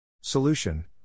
Solution